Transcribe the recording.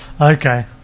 Okay